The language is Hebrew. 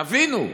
תבינו,